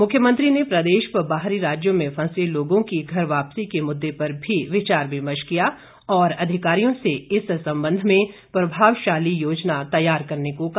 मुख्यमंत्री ने प्रदेश व बाहरी राज्यों में फंसे लोगों की घर वापसीके मुद्दे पर भी विचार विमर्श किया और अधिकारियों से इस सम्बन्ध में प्रभावशाली योजना तैयार करने को कहा